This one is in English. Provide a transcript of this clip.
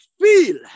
feel